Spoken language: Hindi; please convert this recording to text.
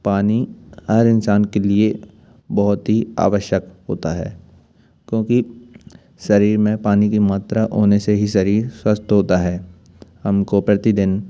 पानी हर इंसान के लिए बहुत ही आवश्यक होता है क्योंकि शरीर में पानी की मात्रा होने से ही शरीर स्वस्थ होता है हम को प्रतिदिन